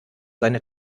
seine